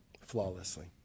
flawlessly